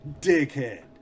dickhead